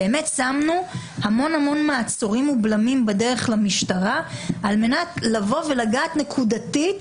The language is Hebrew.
באמת שמנו בדרך המון מעצורים ובלמים למשטרה על מנת לגעת נקודתית